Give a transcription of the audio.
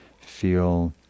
feel